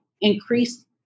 increase